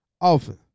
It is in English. often